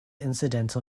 incidental